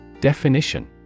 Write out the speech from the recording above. Definition